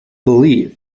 believed